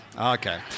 okay